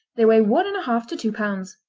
they weigh one and a half to two pounds.